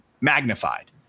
magnified